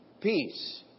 peace